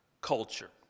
culture